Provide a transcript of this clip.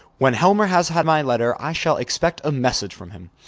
when helmer has had my letter, i shall expect a message from him.